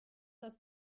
das